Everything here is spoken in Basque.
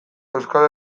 euskal